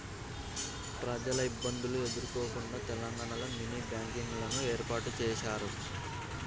ప్రజలు ఇబ్బందులు ఎదుర్కోకుండా తెలంగాణలో మినీ బ్యాంకింగ్ లను ఏర్పాటు చేశారు